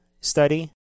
study